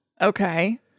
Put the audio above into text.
Okay